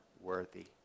worthy